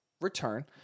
return